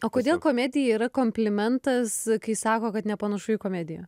o kodėl komedija yra komplimentas kai sako kad nepanašu į komediją